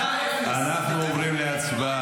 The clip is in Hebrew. אז גם אתם הרבה פעמים אפס.